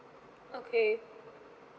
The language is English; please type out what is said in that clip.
okay